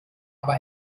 aber